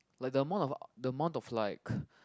like the amount of the amount of like